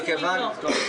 משהו כזה.